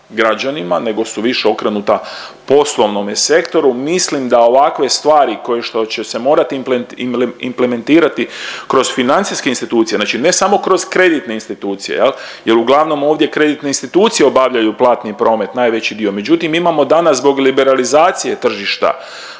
građanima nego su više okrenuta poslovnome sektoru. Mislim da ovakve stvari kao što će se morati implementirati kroz financijske institucije, znači ne samo kroz kreditne institucije jelu glavom ovdje kreditne institucije obavljaju platni promet najveći dio, međutim imamo danas zbog liberalizacije tržišta